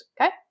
okay